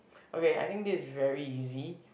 okay I think this is very easy